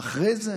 אחרי זה?